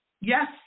Yes